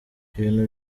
ibintu